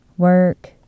Work